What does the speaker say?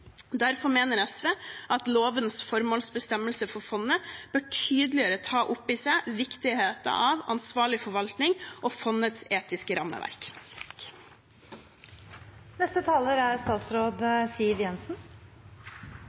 Derfor mener SV at lovens formålsbestemmelse for fondet tydeligere bør ta opp i seg viktigheten av ansvarlig forvaltning og fondets etiske rammeverk. Dagens sentralbanklov er